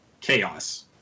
chaos